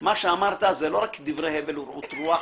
מה שאמרת זה לא רק דברי הבל ורעות רוח,